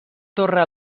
torre